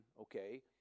Okay